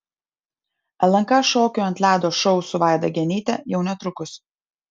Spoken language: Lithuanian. lnk šokių ant ledo šou su vaida genyte jau netrukus